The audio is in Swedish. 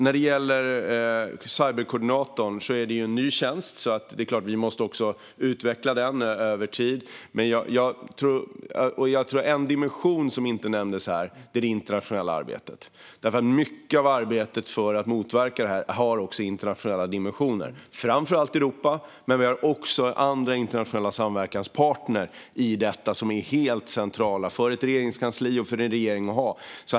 När det gäller cyberkoordinatorn är det en ny tjänst, så det är klart att vi måste utveckla den över tid. En dimension som inte nämndes här är det internationella arbetet. Mycket av arbetet för att motverka detta har internationella dimensioner. Vi har framför allt europeiska men också andra internationella samverkanspartner i detta som är helt centrala för ett regeringskansli och en regering att ha.